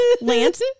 Lance